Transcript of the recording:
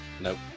Nope